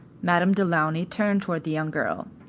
madame du launy turned toward the young girl.